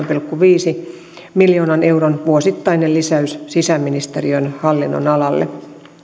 pilkku viiden miljoonan euron vuosittainen lisäys sisäministeriön hallinnonalalle